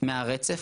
והרצף.